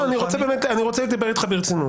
לא, אני רוצה לדבר אתך ברצינות.